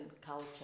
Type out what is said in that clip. culture